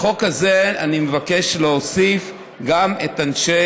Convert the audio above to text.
בחוק הזה אני מבקש להוסיף גם את אנשי